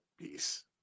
peace